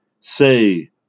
Say